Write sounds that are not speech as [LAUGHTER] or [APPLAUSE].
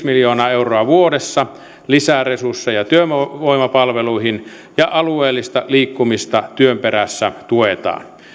[UNINTELLIGIBLE] miljoonaa euroa vuodessa lisäresursseja työvoimapalveluihin ja alueellista liikkumista työn perässä tuetaan